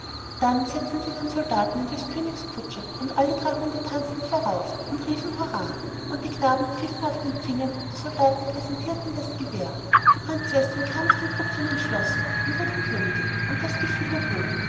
dann setzten sie den soldaten in des königs kutsche und alle drei hunde tanzten vorauf und riefen hurrah und die knaben pfiffen auf den fingern und die soldaten präsentierten das gewehr die prinzessin kam aus dem kupfernen schlosse und wurde königin und das gefiel ihr wohl